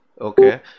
Okay